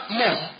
more